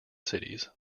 cities